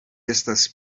estas